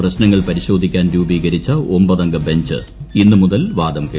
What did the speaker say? പ്രശ്നങ്ങൾ പരിശോധിക്കാൻ രൂപീകരിച്ച ഒമ്പതംഗ ബെഞ്ച് ഇന്നു മുതൽ വാദം ക്കൾക്കും